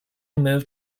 moved